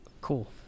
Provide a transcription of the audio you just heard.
Cool